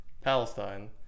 Palestine